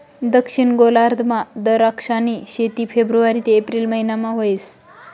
दक्षिण गोलार्धमा दराक्षनी शेती फेब्रुवारी ते एप्रिल महिनामा व्हस